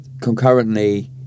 concurrently